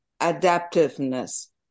adaptiveness